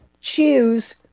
choose